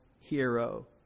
hero